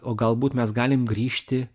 o galbūt mes galim grįžti